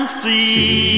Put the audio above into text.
see